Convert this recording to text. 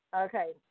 Okay